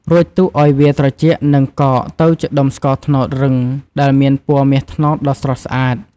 រួចទុកឲ្យវាត្រជាក់និងកកទៅជាដុំស្ករត្នោតរឹងដែលមានពណ៌មាសត្នោតដ៏ស្រស់ស្អាត។